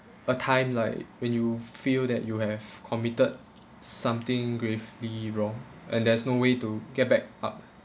a time like when you feel that you have committed something gravely wrong and there's no way to get back up